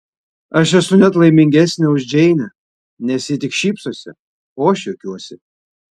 aš esu net laimingesnė už džeinę nes ji tik šypsosi o aš juokiuosi